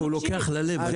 הוא לוקח ללב.